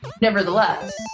nevertheless